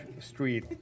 street